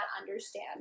understand